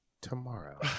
tomorrow